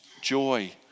joy